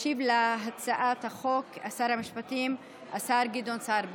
ישיב על הצעת החוק שר המשפטים, השר גדעון סער.